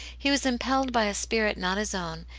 he was impelled by a spirit not his own,